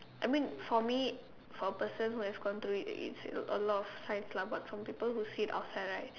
I mean for me for a person who have come for it it's a lot of science lah right but for people who see it outside right